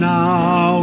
now